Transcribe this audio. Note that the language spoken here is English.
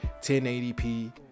1080p